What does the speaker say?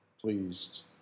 pleased